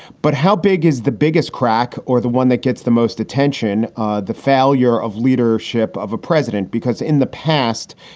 but how big is the biggest crack or the one that gets the most attention? ah the failure of leadership of a president? because in the past,